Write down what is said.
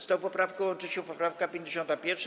Z tą poprawką łączy się poprawka 51.